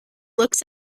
looks